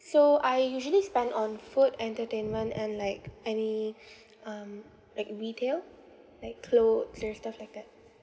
so I usually spend on food entertainment and like any um like retail like clothes or stuff like that